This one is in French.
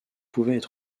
pouvaient